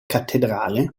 cattedrale